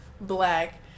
black